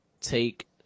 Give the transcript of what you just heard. take